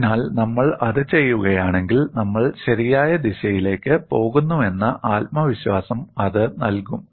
അതിനാൽ നമ്മൾ അത് ചെയ്യുകയാണെങ്കിൽ നമ്മൾ ശരിയായ ദിശയിലേക്ക് പോകുന്നുവെന്ന ആത്മവിശ്വാസം അത് നൽകും